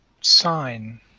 sign